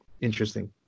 interesting